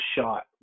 shot